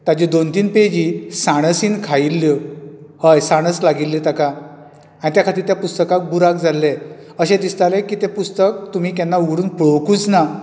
ताजी दोन तीन पेजी साणसीन खायिल्ल्यो हय साणस लागिल्ली ताका त्या खातीर त्या पुस्तकाक बुराक जाल्ले अशे दिसताले की तें पुस्तक तुमी केन्ना उगडून पळोंवकूच ना